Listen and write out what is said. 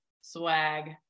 swag